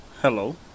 Hello